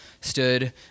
stood